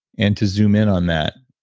and to zoom in on that,